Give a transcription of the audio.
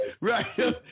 Right